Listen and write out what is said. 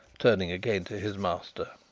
turning again to his master.